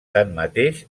tanmateix